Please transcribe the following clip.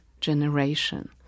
generation